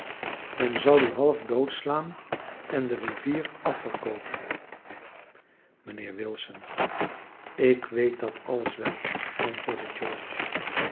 men zal u half dood slaan en de rivier af verkoopen mijnheer wilson ik weet dat alles wel antwoordde george